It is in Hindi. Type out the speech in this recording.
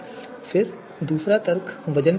फिर दूसरा तर्क वज़न के बारे में है